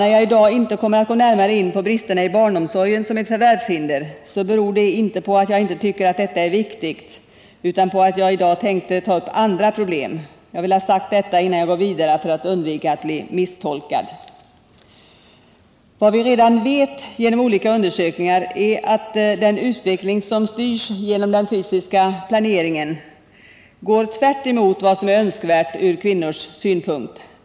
När jag i dag inte kommer att gå närmare in på bristerna i barnomsorgen som ett förvärvshinder beror det inte på att jag inte tycker att detta är viktigt utan på att jag i dag tänkte ta upp andra problem. Jag vill ha sagt detta innan jag går vidare, för att undvika att bli misstolkad. Vad vi redan vet genom olika undersökningar är att den utveckling som styrs genom den fysiska planeringen går tvärtemot vad som är önskvärt ur kvinnors synpunkt.